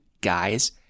guys